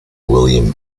william